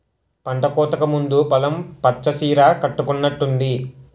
పంటకోతకు ముందు పొలం పచ్చ సీర కట్టుకునట్టుంది